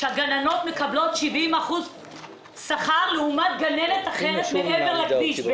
הגננות שם מקבלות 70% שכר לעומת גננת אחרת מעבר לכביש,